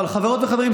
אבל חברות וחברים,